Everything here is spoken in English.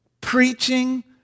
Preaching